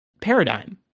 paradigm